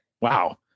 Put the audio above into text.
Wow